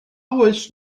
oes